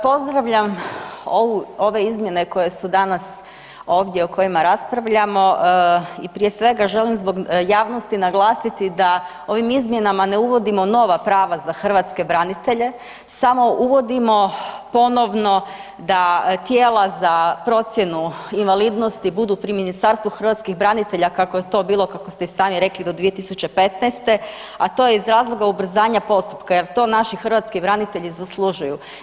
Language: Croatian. Pozdravljam ove izmjene koje su danas ovdje o kojima raspravljamo i prije svega želim zbog javnosti naglasiti da ovim izmjenama ne uvodimo nova prava za hrvatske branitelje, samo uvodimo ponovno da tijela za procjenu invalidnosti budu pri Ministarstvu hrvatskih branitelja kako je to bilo, kako ste i sami rekli do 2015., a to je iz razloga ubrzanja postupka jer to naši hrvatski branitelji zaslužuju.